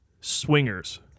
swingers